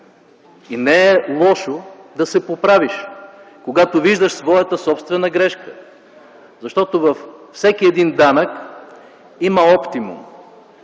Не е лошо да се поправиш, когато виждаш своята собствена грешка, защото във всеки един данък има оптимум.